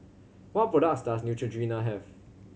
what products does Neutrogena have